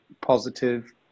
positive